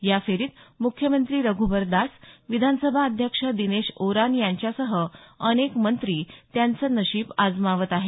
या फेरीत मुख्यमंत्री रघुबर दास विधानसभा अध्यक्ष दिनेश ओरान सह अनेक मंत्री त्यांचं नशीब अजमावत आहे